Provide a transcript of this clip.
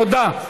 תודה.